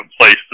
place